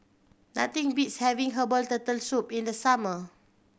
nothing beats having herbal Turtle Soup in the summer